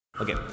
Okay